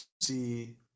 see